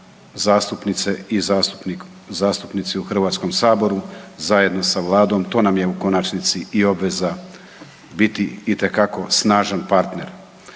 zastupnice i zastupnici u Hrvatskom saboru zajedno sa Vladom, to nam je u konačnici i obveza biti itekako snažan partner.